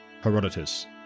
Herodotus